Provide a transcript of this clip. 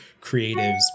creatives